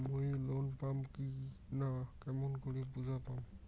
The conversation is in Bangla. মুই লোন পাম কি না কেমন করি বুঝা পাম?